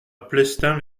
plestin